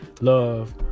love